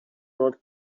old